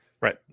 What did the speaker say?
Right